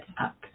up